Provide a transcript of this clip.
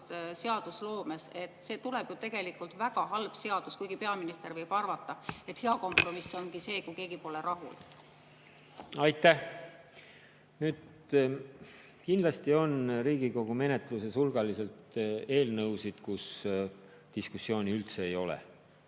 seadusloomes? See tuleb ju tegelikult väga halb seadus, kuigi peaminister võib arvata, et hea kompromiss ongi see, kui keegi pole rahul. Aitäh! Kindlasti on Riigikogu menetluses hulgaliselt eelnõusid, mille üle diskussiooni üldse ei ole.